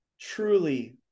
truly